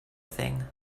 thing